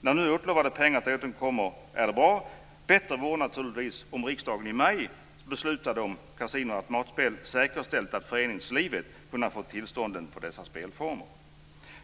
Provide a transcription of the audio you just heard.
När nu utlovade pengar till idrotten kommer är det bra. Bättre hade naturligtvis varit om riksdagen i sitt beslut i maj hade säkerställt att föreningslivet skulle få tillstånden till dessa spelformer.